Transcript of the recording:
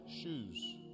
shoes